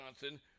Johnson